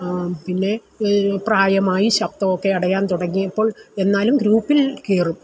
പിന്നെ പ്രായമായി ശബ്ദമൊക്കെ അടയാൻ തുടങ്ങിയപ്പോൾ എന്നാലും ഗ്രൂപ്പിൽ കയറും